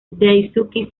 daisuke